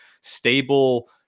stable